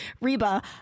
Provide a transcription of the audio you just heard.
reba